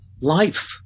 life